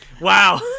Wow